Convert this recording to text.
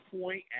point